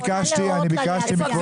לא היא קובעת.